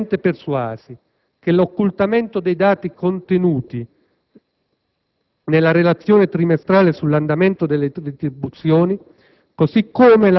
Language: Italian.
siamo ampiamente persuasi che l'occultamento dei dati contenuti nella relazione trimestrale sull'andamento delle retribuzioni,